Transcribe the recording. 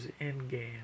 Endgame